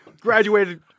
graduated